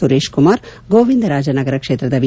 ಸುರೇಶ್ ಕುಮಾರ್ ಗೋವಿಂದರಾಜನಗರ ಕ್ಷೇತ್ರದ ವಿ